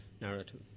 narrative